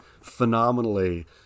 phenomenally